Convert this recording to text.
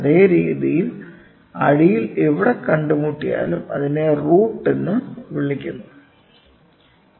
അതേ രീതിയിൽ അടിയിൽ എവിടെ കണ്ടുമുട്ടിയാലും അതിനെ റൂട്ട് എന്ന് വിളിക്കുന്നു